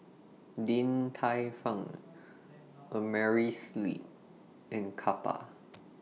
Din Tai Fung Amerisleep and Kappa